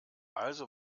also